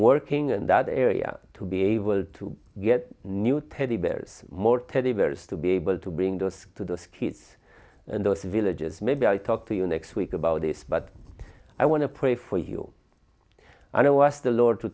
working and that area to be able to get new teddy bears more teddy bears to be able to bring those to the skeets and those villages maybe i talk to you next week about this but i want to pray for you i know us the lord to